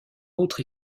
autre